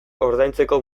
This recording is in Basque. ordaintzeko